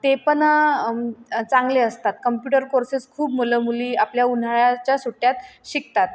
ते पण चांगले असतात कम्प्युटर कोर्सेस खूप मुलं मुली आपल्या उन्हाळ्याच्या सुट्ट्यात शिकतात